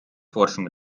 forschung